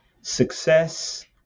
success